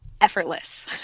effortless